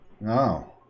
no